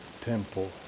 temple